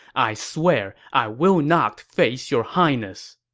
i swear i will not face your highness!